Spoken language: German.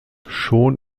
schon